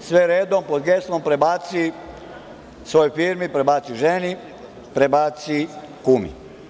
sve redom, pod geslom – prebaci svojoj firmi, prebaci ženi, prebaci kumu.